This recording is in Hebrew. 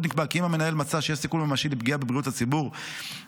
עוד נקבע כי אם המנהל מצא שיש סיכון ממשי לפגיעה בבריאות הציבור בשל